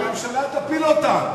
והממשלה תפיל אותם.